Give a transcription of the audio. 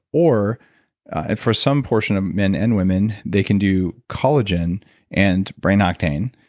or for some portion of men and women, they can do collagen and brain octane,